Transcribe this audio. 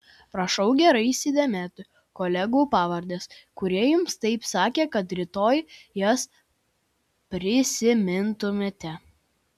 prašau gerai įsidėmėti kolegų pavardes kurie jums taip sakė kad rytoj jas prisimintumėte